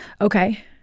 Okay